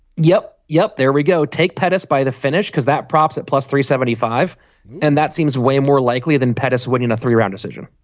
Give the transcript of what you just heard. yep yep. there we go take pedis by the finish because that prompts that plus three seventy five and that seems way more likely than pettis winning three round decision.